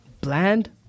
bland